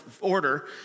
order